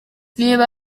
niba